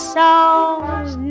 songs